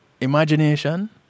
Imagination